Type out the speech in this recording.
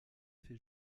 fait